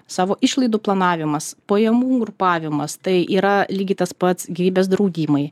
savo išlaidų planavimas pajamų grupavimas tai yra lygiai tas pats gyvybės draudimai